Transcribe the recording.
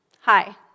Hi